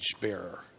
bearer